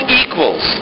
equals